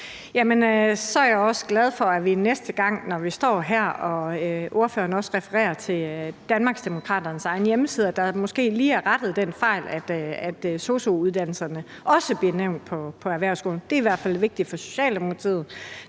er jeg også glad for, hvis det næste gang, når vi står her og ordføreren også refererer til Danmarksdemokraternes egen hjemmeside, er sådan, at den fejl måske lige er rettet, så sosu-uddannelserne også bliver nævnt i forbindelse med erhvervsskolerne. Det er i hvert fald vigtigt for Socialdemokratiet.